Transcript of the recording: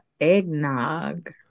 eggnog